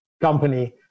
company